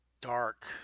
dark